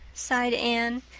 sighed anne,